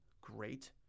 Great